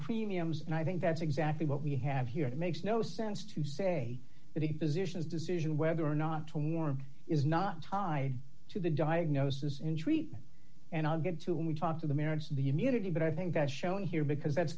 premiums and i think that's exactly what we have here it makes no sense to say that he physicians decision whether or not to warm is not tied to the diagnosis and treatment and i'll get to when we talk to the merits of the unity but i think that's shown here because that's